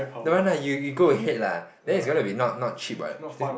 don't want lah you you go ahead lah then is gonna be not not cheap what this